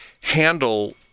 handle